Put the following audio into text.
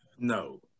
No